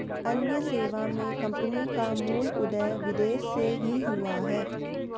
अन्य सेवा मे कम्पनी का मूल उदय विदेश से ही हुआ है